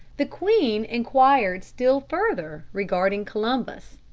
the queen inquired still further regarding columbus,